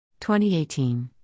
2018